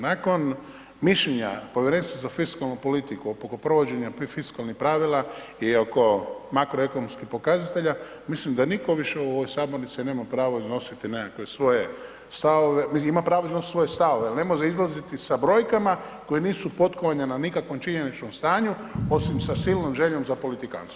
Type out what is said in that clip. Nakon mišljenja Povjerenstva za fiskalnu politiku oko provođenja fiskalnih pravila i oko makro ekonomskih pokazatelja, mislim da nitko više u ovoj sabornici nema pravo iznositi nekakve svoje stavove, mislim ima pravo iznosit svoje stavove, al ne može izlaziti sa brojkama koje nisu potkovane na nikakvom činjeničnom stanju osim sa silnom željom za politikanstvom.